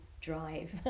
drive